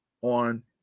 on